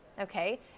okay